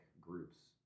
groups